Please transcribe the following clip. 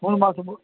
மூணு மாசமும் போ